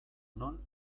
non